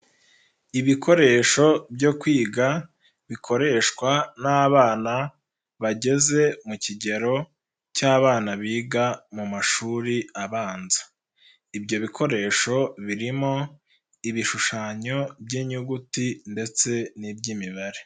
Ibikoresho byo kwiga bikoreshwa n'abana bageze mu kigero cy'abana biga mu mashuri abanza, ibyo bikoresho birimo ibishushanyo by'inyuguti ndetse n'iby'imibare.